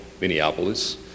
Minneapolis